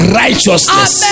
righteousness